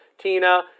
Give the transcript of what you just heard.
Tina